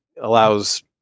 allows